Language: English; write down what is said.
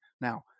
Now